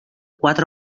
quatre